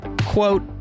quote